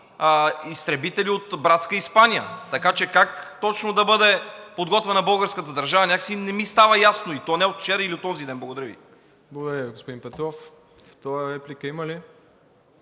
изтребители от братска Испания. Така че как точно да бъде подготвена българската държава някак си не ми става ясно, и то не от вчера или от онзи ден. Благодаря Ви. ПРЕДСЕДАТЕЛ МИРОСЛАВ ИВАНОВ: Благодаря Ви, господин Петров. Втора реплика има ли?